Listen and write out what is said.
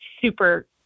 super